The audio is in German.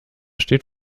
steht